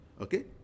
okay